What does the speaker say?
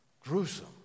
gruesome